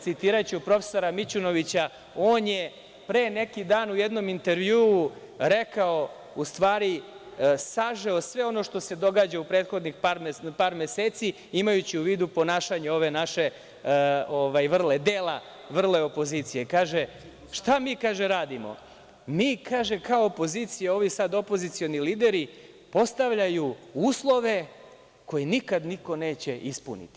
Citiraću profesora Mićunovića, on je pre neki dan u jednom intervjuu rekao, u stvari, sažeo sve ono što se događa u prethodnih par meseci, imajući u vidu ponašanje ove naše, dela vrle opozicije, kaže – šta mi radimo, mi kao opozicija, ovi opozicioni lideri postavljaju uslove koje nikad niko neće ispuniti.